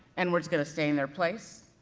n-words gonna stay in their place.